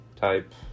type